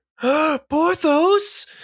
Porthos